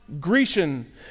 Grecian